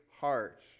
heart